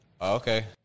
Okay